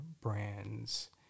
brands